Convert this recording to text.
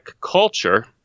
culture